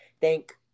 thank